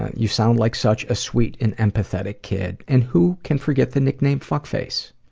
you sound like such a sweet and empathetic kid. and who can forget the nickname fuckface?